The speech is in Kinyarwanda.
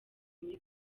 muri